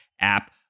app